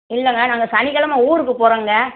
இல்லைங்க நாங்கள் சனிக்கெழமை ஊருக்குப் போகிறோங்க